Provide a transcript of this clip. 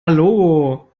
logo